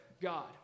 God